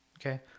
Okay